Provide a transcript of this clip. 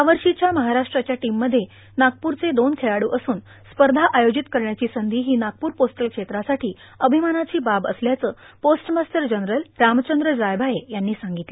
यावर्षीच्या महाराष्ट्राच्या टीममध्ये नागपूरचे दोन खेळाडू असून स्पर्धा आयोजित करण्याची संधी ही नागपूर पोस्टल क्षेत्रासाठी अभिमानाची बात असल्याचं पोस्टमास्टर जनरल रामचंद्र जायभाये यांनी सांगितलं